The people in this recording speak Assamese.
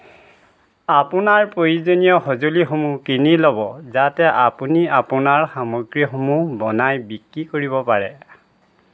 আপোনাৰ প্ৰয়োজনীয় সঁজুলিসমূহ কিনি ল'ব যাতে আপুনি আপোনাৰ সামগ্ৰীসমূহ বনাই বিক্ৰী কৰিব পাৰে